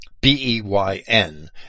B-E-Y-N